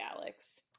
Alex